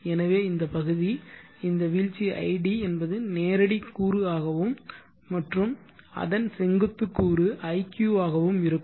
எனவே இந்த பகுதி இந்த வீழ்ச்சி id என்பது நேரடி கூறு ஆகவும் மற்றும் அதன் செங்குத்து கூறு iq ஆகவும் இருக்கும்